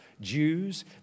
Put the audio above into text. Jews